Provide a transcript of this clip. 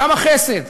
כמה חסד,